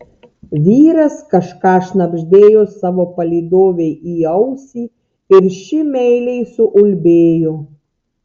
vyras kažką šnabždėjo savo palydovei į ausį ir ši meiliai suulbėjo